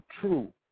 true